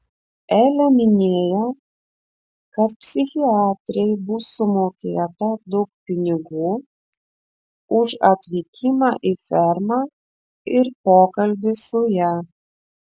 elė minėjo kad psichiatrei bus sumokėta daug pinigų už atvykimą į fermą ir pokalbį su ja